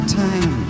time